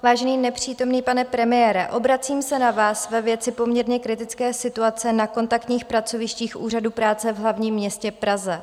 Vážený nepřítomný pane premiére, obracím se na vás ve věci poměrně kritické situace na kontaktních pracovištích úřadů práce v hlavním městě Praze.